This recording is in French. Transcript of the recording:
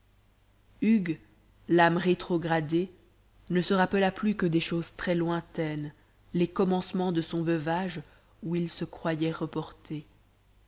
hugues l'âme rétrogradée ne se rappela plus que des choses très lointaines les commencements de son veuvage où il se croyait reporté